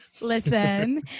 listen